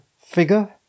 figure